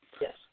Yes